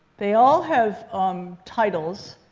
they all have um titles.